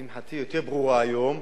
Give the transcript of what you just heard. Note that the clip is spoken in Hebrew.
לשמחתי, יותר ברורה היום.